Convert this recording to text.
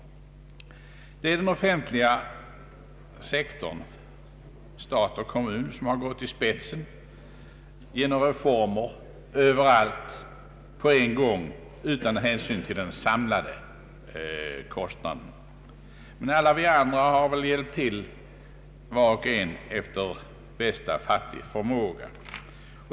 Det är den offentliga sektorn, stat och kommun, som har gått i spetsen när det gäller att leva över tillgångarna genom reformer överallt och på en gång utan hänsyn till de samlade kostnaderna. Alla vi andra har väl också hjälpt till var och en efter fattig förmåga.